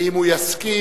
ואם הוא יסכים,